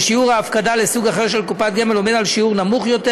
ושיעור ההפקדה לסוג אחר של קופת גמל עומד על שיעור נמוך יותר,